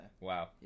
Wow